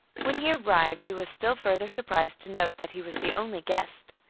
when he arrived he was still further surprised to note that he was the only guest.